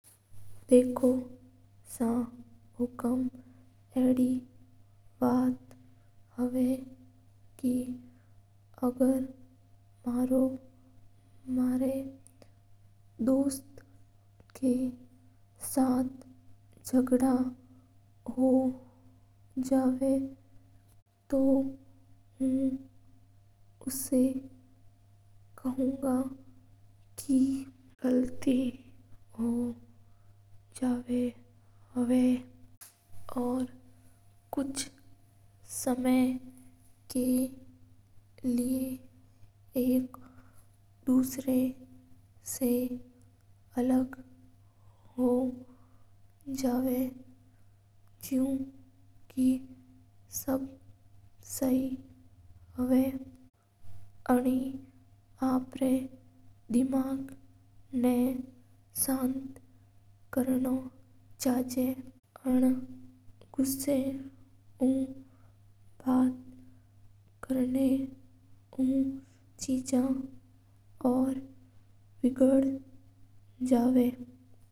देखो सा हुकूम एडी बात हवा के अगर मारा दोस्त ऊ लेडीस हो जवा। तो बिन काव के गली ऊ जोजवा मान जा कणि भाय यार वो नहि आ मना तो दिमाग ना संत कर नो। बाद मा बात कर ने तड़ा दिमाग सु जको मामला सुलझ जवा हा।